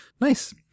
Nice